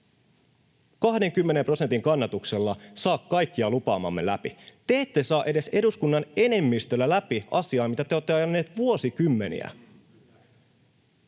20 prosentin kannatuksella, saa kaikkea lupaamaamme läpi. Te ette saa edes eduskunnan enemmistöllä läpi asiaa, mitä te olette ajaneet vuosikymmeniä.